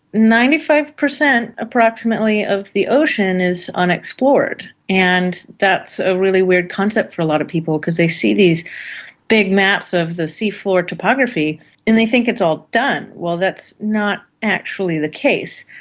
ninety five percent approximately of the ocean is unexplored, and that's a really weird concept for a lot of people because they see these big maps of the seafloor topography and they think it's all done. well, that's not actually the case.